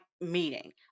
meeting